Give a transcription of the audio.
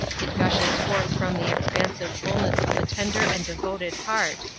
it gushes forth from the expansive fullness of a tender and devoted heart,